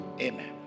Amen